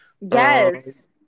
Yes